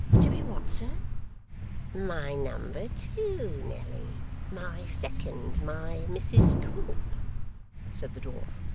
to be what, sir my number two, nelly, my second, my mrs quilp said the dwarf.